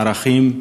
ערכים,